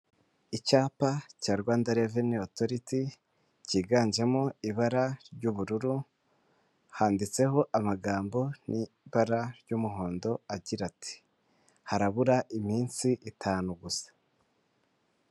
Icyapa cya Rwanda Revenue Authority cyiganjemo ibara ry'ubururu, handitseho amagambo n'ibara ry'umuhondo agira ati ''harabura iminsi itanu gusa''.